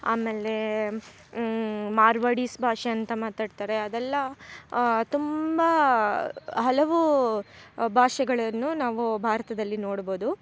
ಆಮೇಲೆ ಮಾರ್ವಡಿಸ್ ಭಾಷೆ ಅಂತ ಮಾತಾಡ್ತಾರೆ ಅದೆಲ್ಲ ತುಂಬ ಹಲವು ಭಾಷೆಗಳನ್ನು ನಾವು ಭಾರತದಲ್ಲಿ ನೋಡ್ಬೋದು